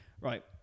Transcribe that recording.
Right